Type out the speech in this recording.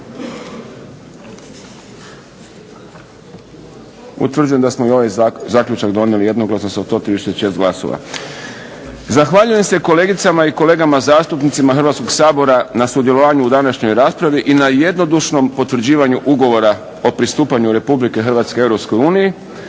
Utvrđujem da smo ovaj zaključak donijeli jednoglasno sa 136 glasova. Zahvaljujem se kolegicama i kolegama zastupnicima Hrvatskog sabora na sudjelovanju u današnjoj raspravi i na jednodušnom potvrđivanju Ugovora o pristupanju Hrvatske